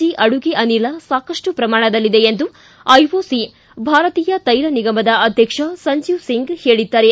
G ಅಡುಗೆ ಅನಿಲ ಸಾಕಷ್ಟು ಪ್ರಮಾಣದಲ್ಲಿದೆ ಎಂದು ಐಒಸಿ ಭಾರತೀಯ ಕೈಲ ನಿಗಮದ ಅಧ್ಯಕ್ಷ ಸಂಜೀವ್ ಸಿಂಗ್ ಹೇಳಿದ್ದಾರೆ